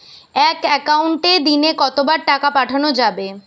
এক একাউন্টে দিনে কতবার টাকা পাঠানো যাবে?